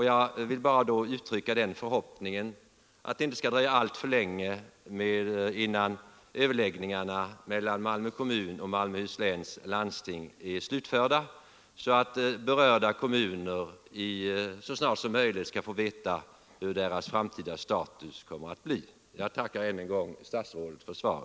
Jag vill då bara uttrycka den förhoppningen att det inte skall dröja alltför länge innan överläggningarna mellam Malmö kommun och Malmöhus läns landsting är slutförda så att berörda kommuner så snart som möjligt skall få veta hur deras framtida status kommer att bli. Jag tackar än en gång statsrådet för svaret.